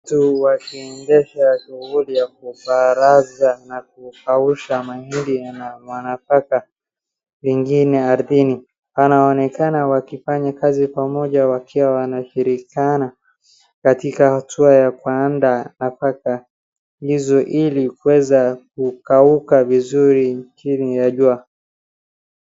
Watu wakiendesha shughuli ya kubaraza na kukausha mahindi yana nafaka vingine ardhini. Wanaonekana wakifanya kazi pamoja wakiwa wanashirikiana katika hatua ya kuandaa nafaka hizo ili kuweza kukauka vizuri chini ya jua.